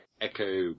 echo